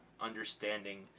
understanding